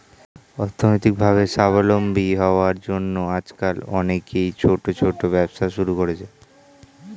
অর্থনৈতিকভাবে স্বাবলম্বী হওয়ার জন্য আজকাল অনেকেই ছোট ছোট ব্যবসা শুরু করছে